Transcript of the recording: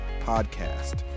podcast